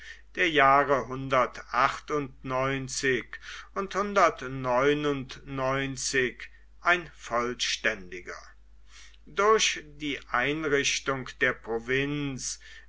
der jahre und ein vollständiger durch die einrichtung der provinz